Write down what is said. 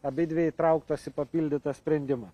abidvi įtrauktos į papildytą sprendimą